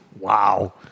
Wow